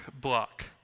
block